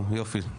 טוב יופי,